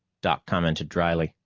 doc commented dryly.